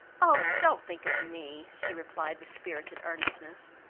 oh, don't think of me! she replied with spirited earnestness,